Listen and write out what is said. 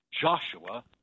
Joshua